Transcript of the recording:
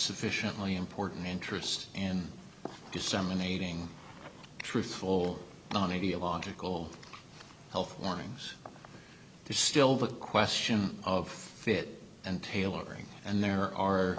sufficiently important interest and disseminating truthful nonideological health warnings there's still the question of fit and tailoring and there are